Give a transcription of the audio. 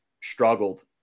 struggled